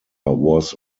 was